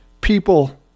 people